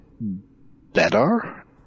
better